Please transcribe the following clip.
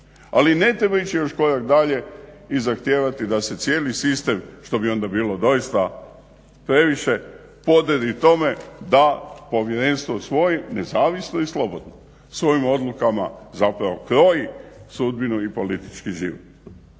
Ali ne treba ići još korak dalje i zahtijevati da se cijeli sistem što bi onda bilo doista previše podredi tome da povjerenstvo usvoji nezavisno i slobodno svojim odlukama zapravo kroji sudbinu i politički život.